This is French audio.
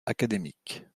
académiques